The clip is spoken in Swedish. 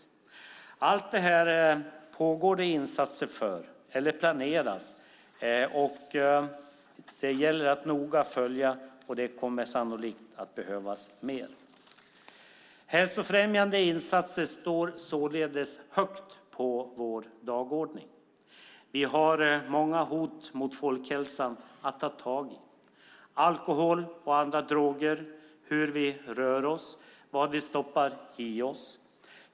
För allt detta pågår eller planeras insatser. Det gäller att följa detta noga. Det kommer sannolikt att behövas mer. Hälsofrämjande insatser står således högt på vår dagordning. Det finns många hot mot folkhälsan att ta tag i, som alkohol och andra droger, hur vi rör oss och vad vi stoppar i oss.